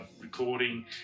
recording